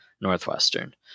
northwestern